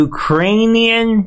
Ukrainian